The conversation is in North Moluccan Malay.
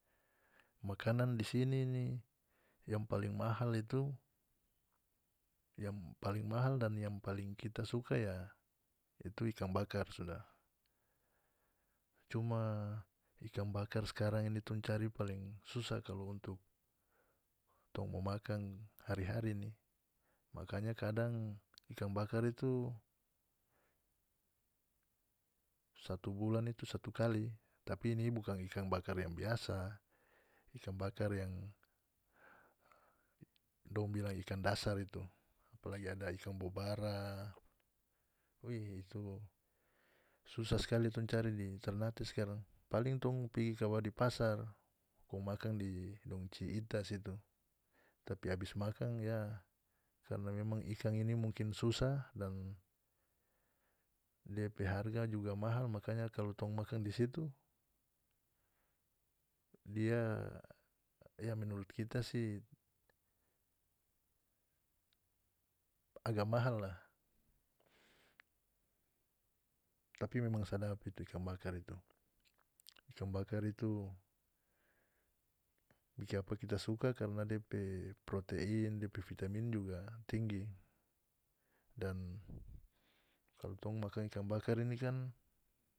Makanan di sini ni yang paling mahal itu yang paling mahal dan yang paling kita suka ya itu ikan bakar sudah cuma ikan bakar skarang ini tong cari paling susah kalu untuk tong mo makan hari-hari ini makanya kadang ikan bakar itu satu bulan itu satu kali tapi ini bukan ikan bakar yang biasa ikan bakar yang dong bilang ikan dasar itu apalagi ada ikan bobara we itu susah skali tong cari di ternate skarang paling tong pigi kabawa di pasar kong makan di ci ita situ tapi abis makan ya karna memang ikan ini mungkin susah dan dia pe harga juga mahal makanya kalu tong makan di situ dia ya menurut kita si agak mahal lah tapi memang sadap itu ikan bakar itu ikan bakar itu bikiapa kita suka karna dia pe protein depe vitamin juga tinggi dan kalu tong makan ikan bakar ini kan.